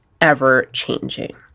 ever-changing